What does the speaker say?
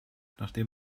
nachdem